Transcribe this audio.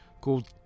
called